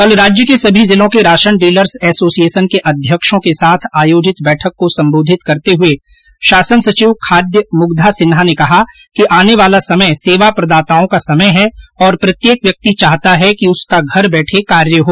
कल राज्य के सभी जिलों के राशन डीलर्स एसोसिएशन के अध्यक्षों के साथ आयोजित बैठक को संबोधित करते हुये उन्होंने कहा कि आने वाला समय सेवा प्रदाताओं का समय है और प्रत्येक व्यक्ति चाहता है कि उसका घर बैठे कार्य हो